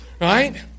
right